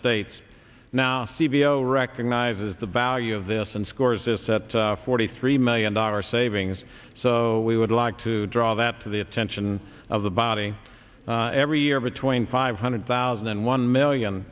states now cvo recognizes the value of this and scores this at forty three million dollars savings so we would like to draw that to the attention of the body every year between five hundred thousand and one million